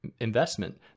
investment